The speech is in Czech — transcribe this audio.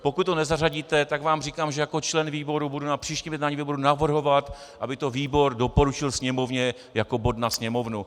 Pokud ho nezařadíte, tak vám říkám, že jako člen výboru budu na příštím jednání výboru navrhovat, aby to výbor doporučil Sněmovně jako bod na sněmovnu.